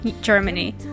Germany